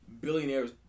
billionaires